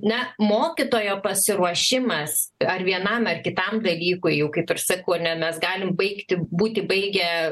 na mokytojo pasiruošimas ar vienam ar kitam dalykui jau kaip ir sakau ane mes galim baigti būti baigę